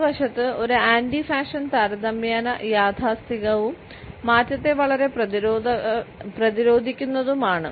മറുവശത്ത് ഒരു anti fashion താരതമ്യേന യാഥാസ്ഥിതികവും മാറ്റത്തെ വളരെ പ്രതിരോധിക്കുന്നതുമാണ്